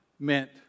Meant